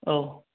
औ